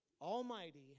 Almighty